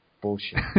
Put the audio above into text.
Bullshit